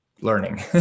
learning